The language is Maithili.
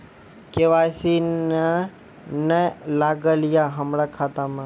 के.वाई.सी ने न लागल या हमरा खाता मैं?